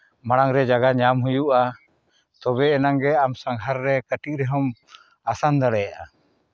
ᱢᱟᱲᱟᱝ ᱨᱮ ᱡᱟᱭᱜᱟ ᱧᱟᱢ ᱦᱩᱭᱩᱜᱼᱟ ᱛᱚᱵᱮ ᱟᱱᱟᱝᱜᱮ ᱟᱢ ᱥᱟᱸᱜᱷᱟᱨ ᱨᱮ ᱠᱟᱹᱴᱤᱡ ᱨᱮᱦᱚᱸᱢ ᱟᱥᱟᱱ ᱫᱟᱲᱮᱭᱟᱜᱼᱟ